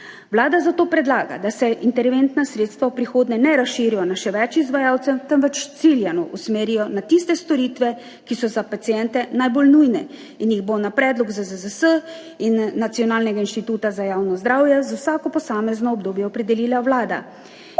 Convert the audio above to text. Vlada zato predlaga, da se interventna sredstva v prihodnje ne razširijo na še več izvajalcev, temveč ciljano usmerijo na tiste storitve, ki so za paciente najbolj nujne, in jih bo na predlog ZZZS in Nacionalnega inštituta za javno zdravje za vsako posamezno obdobje opredelila Vlada,